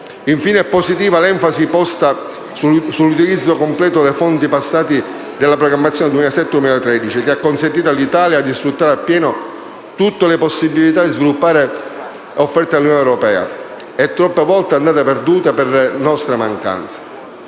Infine, è positiva l'enfasi posta sull'utilizzo completo dei fondi UE della passata programmazione 2007-2013, che ha consentito all'Italia di sfruttare appieno tutto le possibilità di sviluppo offerte dall'Unione e troppe volte andate perdute per nostre mancanze.